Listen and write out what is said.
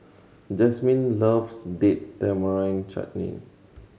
Jasmyn loves Date Tamarind Chutney